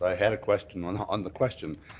ah had a question on on the question.